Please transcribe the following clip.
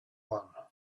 one